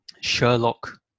Sherlock